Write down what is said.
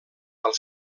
pel